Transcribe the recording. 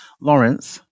lawrence